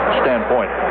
standpoint